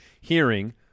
hearing